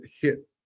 hit